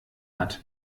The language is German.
hat